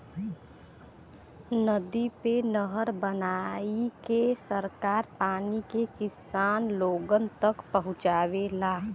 नदी पे नहर बनाईके सरकार पानी के किसान लोगन तक पहुंचावेला